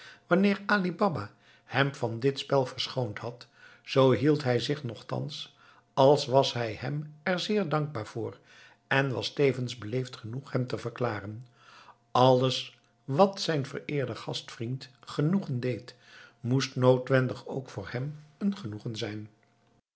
wanneer ali baba hem van dit spel verschoond had zoo hield hij zich nochtans als was hij hem er zeer dankbaar voor en was tevens beleefd genoeg hem te verklaren alles wat zijn vereerden gastvriend genoegen deed moest noodwendig ook voor hem een genoegen zijn